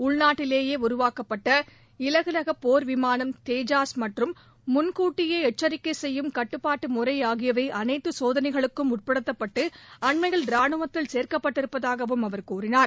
உள்நாட்டிலேயே உருவாக்கப்பட்ட இலகு ரக போர் விமானம் தேஜாஸ் மற்றும் முன் கூட்டியே எச்சிக்கை செய்யும் கட்டப்பாட்ட முறை ஆகியவை அனைத்து சோதனைகளுக்கும் உட்படுத்தப்பட்டு அண்மையில் ராணுவத்தில் சேர்க்கப்பட்டிருப்பதாகவும் அவர் கூறினார்